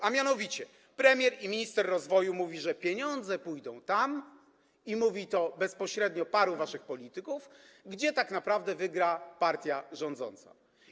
A mianowicie premier i minister rozwoju mówi, że pieniądze pójdą tam - i mówi tak bezpośrednio paru waszych polityków - gdzie tak naprawdę wygra partia rządząca.